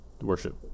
worship